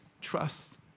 trust